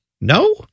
No